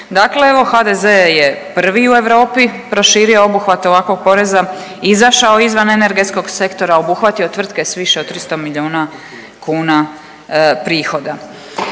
Dakle, evo HDZ je prvi u Europi proširio obuhvate ovakvog poreza, izašao izvan energetskog sektora, obuhvatio tvrtke s više od 300 milijuna kuna prihoda.